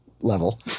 level